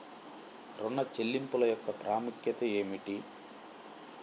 ఋణ చెల్లింపుల యొక్క ప్రాముఖ్యత ఏమిటీ?